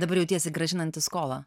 dabar jautiesi grąžinantis skolą